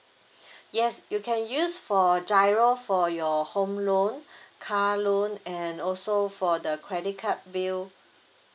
yes you can use for GIRO for your home loan car loan and also for the credit card bill